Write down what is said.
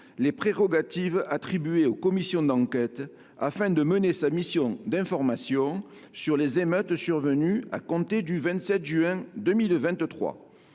les prérogatives attribuées aux commissions d’enquête pour mener une mission d’information sur les émeutes survenues à compter du 27 juin 2023.